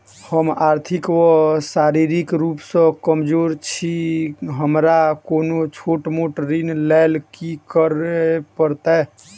हम आर्थिक व शारीरिक रूप सँ कमजोर छी हमरा कोनों छोट मोट ऋण लैल की करै पड़तै?